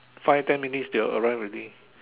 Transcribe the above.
five ten minutes they'll arrive already